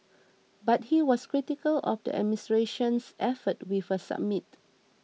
but he was critical of the administration's efforts with a summit